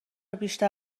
بیشتر